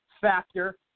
factor